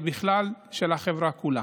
היא בכלל של החברה כולה.